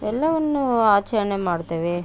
ಎಲ್ಲವನ್ನು ಆಚರಣೆ ಮಾಡ್ತೇವೆ